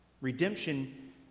Redemption